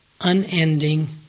unending